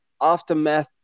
aftermath